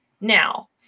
Now